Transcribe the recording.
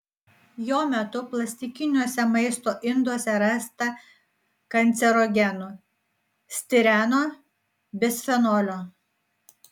jo metu plastikiniuose maisto induose rasta kancerogenų stireno bisfenolio